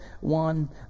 one